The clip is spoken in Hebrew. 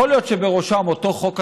יכול להיות שבראשם אותו חוק הסדרה,